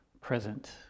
present